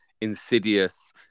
insidious